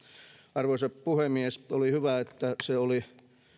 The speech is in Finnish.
arvoisa puhemies oli hyvä että se oli